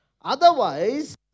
Otherwise